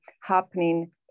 happening